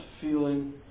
feeling